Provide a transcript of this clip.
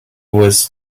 was